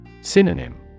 Synonym